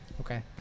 okay